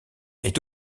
est